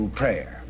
prayer